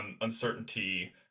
uncertainty